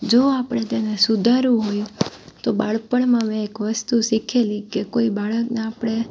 જો આપણે તેને સુધારવું હોય તો બાળપણમાં મેં એક વસ્તુ શીખેલી કે કોઈ બાળકને આપણે